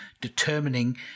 determining